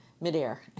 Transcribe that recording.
midair